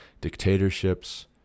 dictatorships